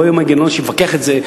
לא יהיה מנגנון שיפקח על זה,